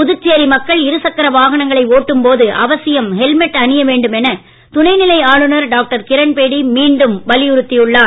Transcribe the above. புதுச்சேரி மக்கள் இருசக்கர வாகனங்களை ஓட்டும்போது அவசியம் ஹெல்மெட் அணிய வேண்டும் என துணைநிலை ஆளுநர் டாக்டர் கிரண்பேடி மீண்டும் வலியுறுத்தியுள்ளார்